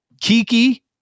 Kiki